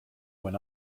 when